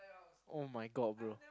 [oh]-my-god bro